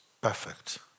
perfect